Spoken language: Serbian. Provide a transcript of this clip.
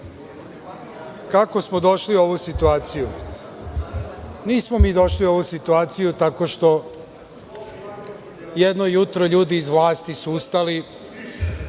kako smo došli u ovu situaciju? Nismo mi došli u ovu situaciju tako što jedno jutro ljudi iz vlasti su ustali,